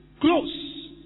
close